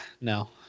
no